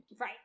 Right